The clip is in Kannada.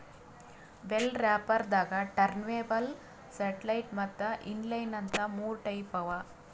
ಬೆಲ್ ರ್ಯಾಪರ್ ದಾಗಾ ಟರ್ನ್ಟೇಬಲ್ ಸೆಟ್ಟಲೈಟ್ ಮತ್ತ್ ಇನ್ಲೈನ್ ಅಂತ್ ಮೂರ್ ಟೈಪ್ ಅವಾ